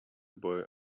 boy